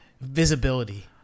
visibility